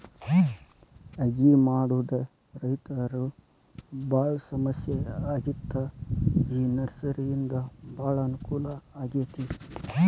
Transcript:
ಅಗಿ ಮಾಡುದ ರೈತರು ಬಾಳ ಸಮಸ್ಯೆ ಆಗಿತ್ತ ಈ ನರ್ಸರಿಯಿಂದ ಬಾಳ ಅನಕೂಲ ಆಗೈತಿ